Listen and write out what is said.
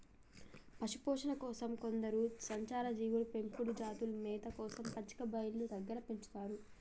పశుపోషణ కోసం కొందరు సంచార జీవులు పెంపుడు జంతువులను మేత కోసం పచ్చిక బయళ్ళు దగ్గర పెంచుతారు